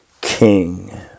King